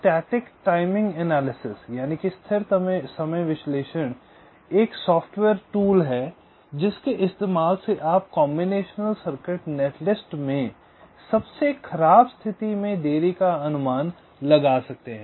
static timing analysis स्थिर समय विश्लेषण एक सॉफ्टवेयर टूल है जिसके इस्तेमाल से आप कॉम्बिनेशन सर्किट नेटलिस्ट में सबसे खराब स्थिति में देरी का अनुमान लगा सकते हैं